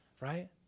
right